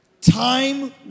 Time